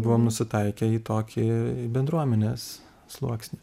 buvom nusitaikę į tokį bendruomenės sluoksnį